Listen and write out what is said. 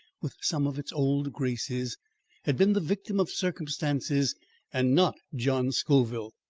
with some of its old graces had been the victim of circumstances and not john scoville.